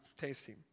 tasty